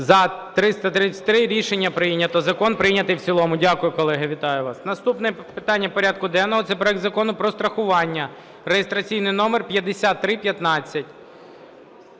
За-333 Рішення прийнято. Закон прийнятий в цілому. Дякую, колеги. Вітаю вас! Наступне питання порядку денного – це проект Закону про страхування (реєстраційний номер 5315).